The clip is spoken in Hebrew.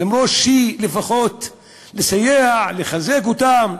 למרות שלפחות לסייע, לחזק אותם,